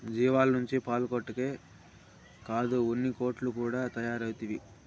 జీవాల నుంచి పాలొక్కటే కాదు ఉన్నికోట్లు కూడా తయారైతవి